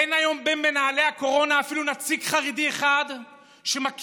אין היום בין מנהלי הקורונה אפילו נציג חרדי אחד שמכיר